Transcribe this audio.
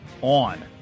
on